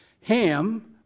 Ham